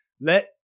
let